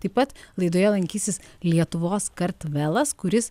taip pat laidoje lankysis lietuvos kartvelas kuris